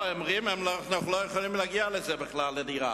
הם אומרים שהם לא יכולים להגיע בכלל לדירה.